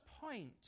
point